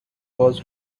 was